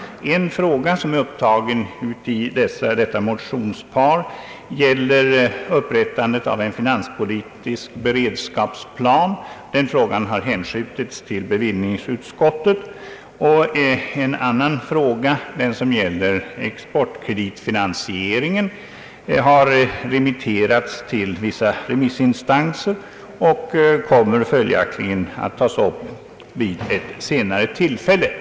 En fråga som därtill tagits upp i detta motionspar gäller upprättande av en finanspolitisk beredskapsplan. Denna fråga har hänskjutits till bevillningsutskottet. En annan fråga som gäller exportkreditfinansieringen har remitterats till vissa remissinstanser och kommer följaktligen att behandlas vid ett senare tillfälle.